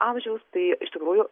amžiaus tai iš tikrųjų